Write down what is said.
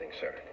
sir